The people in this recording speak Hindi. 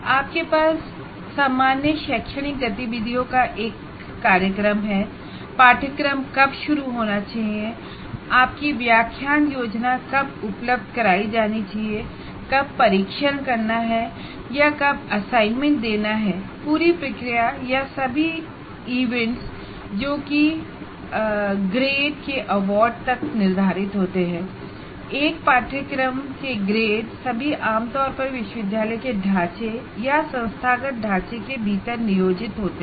आपके पास सामान्य शैक्षणिक गतिविधियों का एक कार्यक्रम है कोर्स कब शुरू होना चाहिए आपकी लेक्चर प्लान कब देना है कब टेस्ट देना है या कब असाइनमेंट देना है पूरी प्रक्रिया या सभी इवेंट्स यहां तक कि ग्रेट के अवार्ड तक निर्धारित होते हैं एक कोर्स में ग्रेड आम तौर पर विश्वविद्यालय के ढांचे या संस्थागत ढांचे के आधार पर निश्चित होते हैं